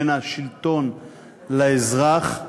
בין השלטון לאזרח,